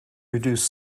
reduce